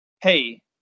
hey